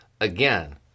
Again